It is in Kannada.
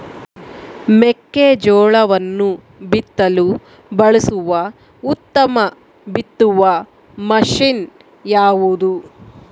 ಮೆಕ್ಕೆಜೋಳವನ್ನು ಬಿತ್ತಲು ಬಳಸುವ ಉತ್ತಮ ಬಿತ್ತುವ ಮಷೇನ್ ಯಾವುದು?